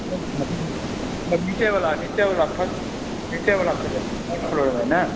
नहीं नहीं नीचे वाला नीचे वाला फर्स्ट नीचे वाला चले फर्स्ट फ्लॉर में ना